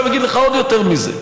עכשיו, אגיד לך עוד יותר מזה: